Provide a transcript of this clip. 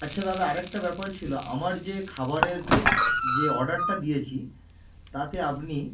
আচ্ছা দাদা আর একটা ব্যাপার ছিলো আমার যে খাবারের যে অর্ডারটা দিয়েছি তাতে আপনি